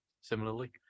similarly